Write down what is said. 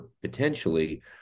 potentially